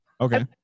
Okay